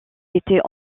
était